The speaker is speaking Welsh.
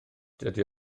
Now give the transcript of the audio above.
dydy